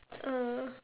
uh